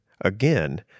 again